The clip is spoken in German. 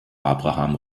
abraham